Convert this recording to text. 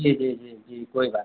जी जी जी जी कोई बात